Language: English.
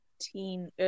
teen